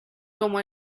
como